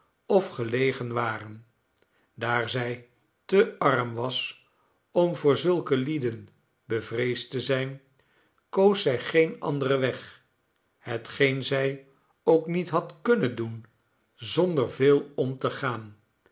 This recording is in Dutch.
of gelegen waren daar zij te arm was om voor zulke lieden bevreesd te zijn koos zij geen anderen weg hetgeenzij ook niet had kunnen doen zonder veel om te gaan